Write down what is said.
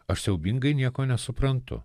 aš siaubingai nieko nesuprantu